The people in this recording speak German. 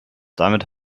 damit